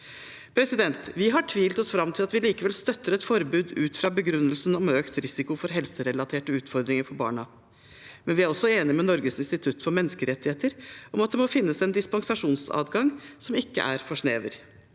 slektninger. Vi har tvilt oss fram til at vi likevel støtter et forbud ut fra begrunnelsen om økt risiko for helserelaterte utfordringer for barna, men vi er også enig med Norges institutt for menneskerettigheter om at det må finnes en dispensasjonsadgang som ikke er for snever.